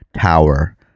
tower